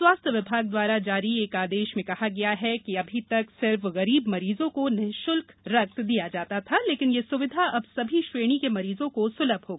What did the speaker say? स्वास्थ्य विभाग द्वारा जारी एक आदेश में कहा गया है कि अभी तक सिर्फ गरीब मरीजों को निशुल्क में रक्त दिया जाता था लेकिन यह सुविधा अब सभी श्रेणी के मरीजों को सुलभ होगी